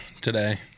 today